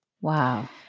wow